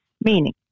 Meaning